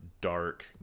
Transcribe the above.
dark